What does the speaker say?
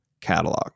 catalog